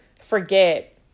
forget